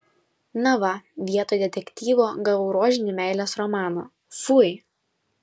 na va vietoj detektyvo gavau rožinį meilės romaną fui